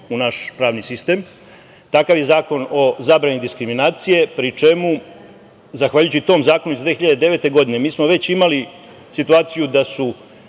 u naš pravni sistem. Takav je Zakon o zabrani diskriminacije. Zahvaljujući tom zakonu iz 2009. godine, mi smo već imali situaciju da su